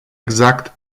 exact